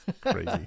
crazy